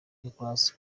nicola